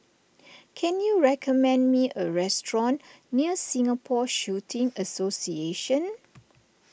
can you recommend me a restaurant near Singapore Shooting Association